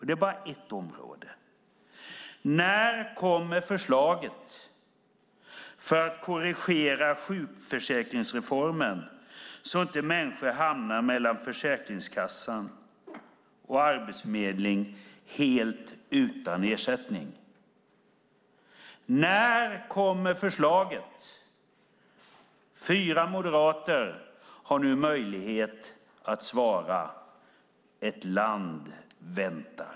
Det är bara ett område. När kommer förslaget för att korrigera sjukförsäkringsreformen så att människor inte hamnar mellan Försäkringskassan och Arbetsförmedlingen helt utan ersättning? När kommer förslaget? Fyra moderater har nu möjlighet att svara. Ett land väntar.